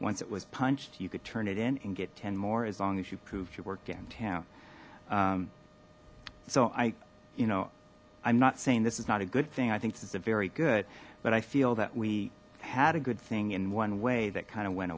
once it was punched you could turn it in and get ten more as long as you proved you work downtown so i you know i'm not saying this is not a good thing i think this is a very good but i feel that we had a good thing in one way that kind of went